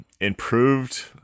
improved